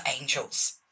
angels